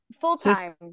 full-time